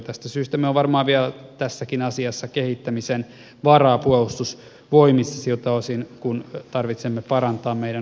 tästä syystä meillä on varmaan vielä tässäkin asiassa kehittämisen varaa puolustusvoimissa siltä osin kuin meidän tarvitsee parantaa osaamistamme